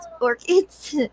orchids